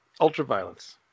Ultraviolence